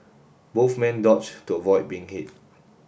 both men dodged to avoid being hit